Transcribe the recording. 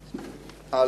בחקיקה.